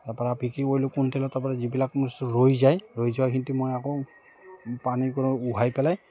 তাৰপৰা বিক্ৰীও কৰিলোঁ কুইণ্টেলত তাৰপৰা যিবিলাক বস্তু ৰৈ যায় ৰৈ যোৱাখিনিতো মই আকৌ পানীৰপৰা উহাই পেলাই